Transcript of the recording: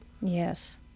Yes